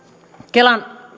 kelan